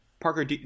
Parker